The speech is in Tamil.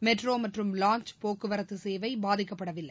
மெட்ரோமற்றும் லாஞ்ச் போக்குவரத்துசேவைபாதிக்கப்படவில்லை